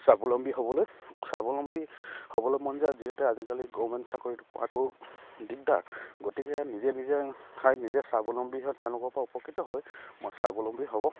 স্বাৱলম্বী হ'বলৈ স্বাৱলম্বী হ'বলৈ মন যায় যিহেতু আজিকালি গভমেণ্ট চাকৰি পোৱাটো দিগদাৰ গতিকে নিজে নিজে ঠাইত নিজে স্বাৱলম্বী হৈ তেওঁলোকৰ পৰা উপকৃত হৈ মই স্বাৱলম্বী হ'ব